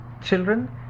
children